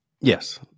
Yes